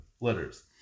letters